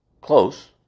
Close